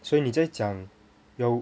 所以你在讲有